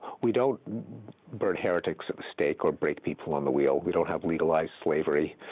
we don't burn heretics at the stake or break people on the wheel. we don't have legalized slavery.